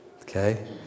Okay